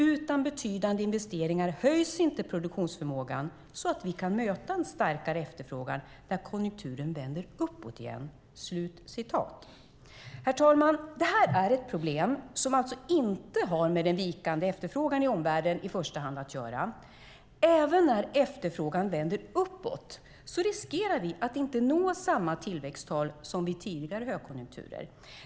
Utan betydande investeringar höjs inte produktionsförmågan, så att vi kan möta en starkare efterfrågan när konjunkturen vänder uppåt igen." Herr talman! Det här är ett problem som alltså inte i första hand har med den vikande efterfrågan i omvärlden att göra. Även när efterfrågan vänder uppåt riskerar vi att inte nå samma tillväxttal som vid tidigare högkonjunkturer.